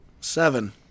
Seven